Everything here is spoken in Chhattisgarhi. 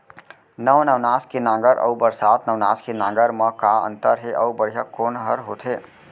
नौ नवनास के नांगर अऊ बरसात नवनास के नांगर मा का अन्तर हे अऊ बढ़िया कोन हर होथे?